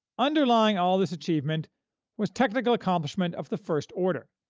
underlying all this achievement was technical accomplishment of the first order.